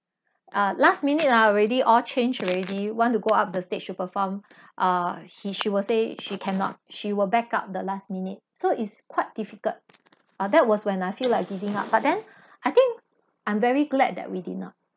ah last minute ah already all change already want to go up the stage to perform uh he she will say she cannot she will back out the last minute so it's quite difficult ah that was when I feel like giving up but then I think I'm very glad that we did not